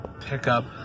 pickup